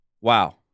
Wow